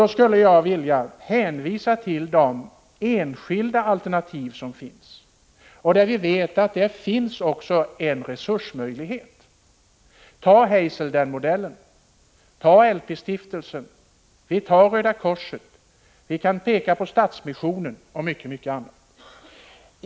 Jag skulle vilja hänvisa till de enskilda alternativ som finns, eftersom vi vet att dessa utgör en resurs. Som exempel kan jag nämna Hazelden-modellen, LP-stiftelsen och Röda korset. Vi kan även peka på Stadsmissionen och mycket annat.